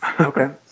Okay